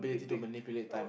big dick oh